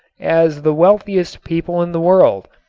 as the wealthiest people in the world,